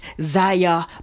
Zaya